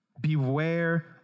Beware